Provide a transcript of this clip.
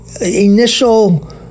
initial